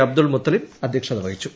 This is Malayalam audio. അബ്ദുൾ മുത്തലിബ് അദ്ധ്യക്ഷിത ്വഹിച്ചു